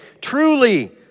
truly